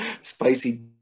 Spicy